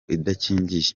idakingiye